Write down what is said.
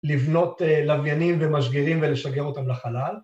לבנות לוויינים ומשגרים ולשגר אותם לחלל